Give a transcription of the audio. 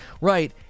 Right